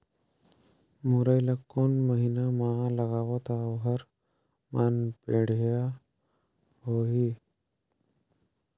मुरई ला कोन महीना मा लगाबो ता ओहार मान बेडिया होही?